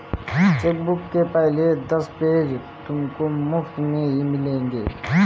chequebook के पहले दस पेज तुमको मुफ़्त में ही मिलेंगे